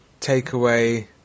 takeaway